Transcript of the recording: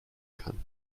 kann